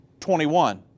21